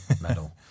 medal